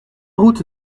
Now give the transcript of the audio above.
route